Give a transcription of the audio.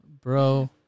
bro